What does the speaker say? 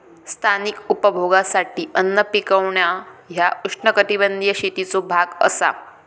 स्थानिक उपभोगासाठी अन्न पिकवणा ह्या उष्णकटिबंधीय शेतीचो भाग असा